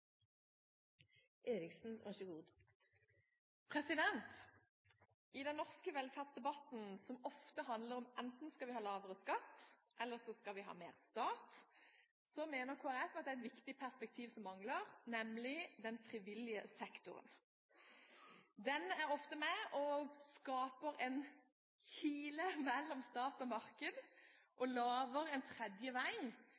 det sivile samfunn. I den norske velferdsdebatten som ofte handler om at vi enten skal ha lavere skatt eller mer stat, mener Kristelig Folkeparti at det er et viktig perspektiv som mangler, nemlig den frivillige sektoren. Den er ofte med og skaper en kile mellom stat og marked, og lager en